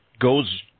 goes